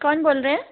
कौन बोल रहे है